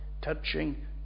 touching